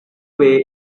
way